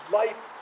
life